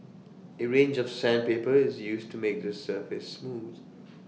A range of sandpaper is used to make the surface smooth